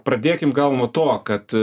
pradėkim gal nuo to kad